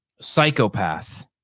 psychopath